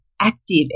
active